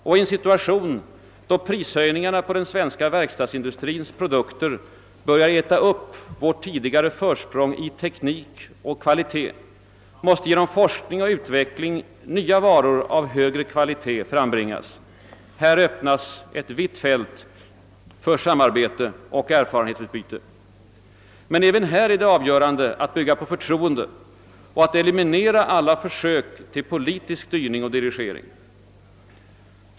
Och i en situation då prishöjningar på den svenska verkstadsindustrins varor börjar äta upp vårt tidigare försprång i teknik och kvalitet, måste genom forskning och utveckling nya varor av högre kvalitet frambringas. Här öppnas ett vitt fält för samarbete och erfarenhetsutbyte. Men även här är det avgörande att bygga på förtroende och att eliminera alla försök till politisk styrning och dirigering.